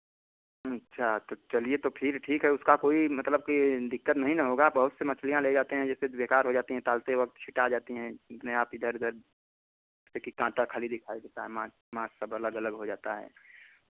अच्छा तो चलिए तो फिर ठीक है उसका कोई मतलब कि दिक्कत नहीं ना होगा बहुत सी मछलियाँ ले जाते हैं जैसे बेकार हो जाती है पालते वक्त छिंटा जाती हैं इतने आप इधर उधर फिर कितना हाँता खाली दिखाई देता है मास सब अलग अलग हो जाता है